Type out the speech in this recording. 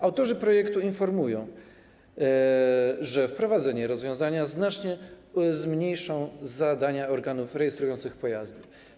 Autorzy projektu informują, że wprowadzone rozwiązania znacznie zmniejszą zakres zadań organów rejestrujących pojazdy.